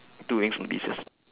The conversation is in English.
two wings on the bees yes